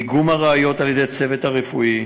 דיגום הראיות על-ידי הצוות הרפואי,